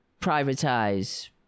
privatize